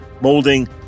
molding